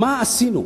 מה עשינו,